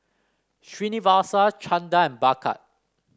Srinivasa Chanda and Bhagat